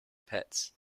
pits